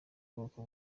bwoko